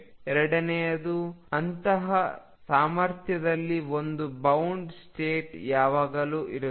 ಎರಡನೆಯದು ಅಂತಹ ಸಾಮರ್ಥ್ಯದಲ್ಲಿ ಒಂದು ಬೌಂಡ್ ಸ್ಟೇಟ್ ಯಾವಾಗಲೂ ಇರುತ್ತದೆ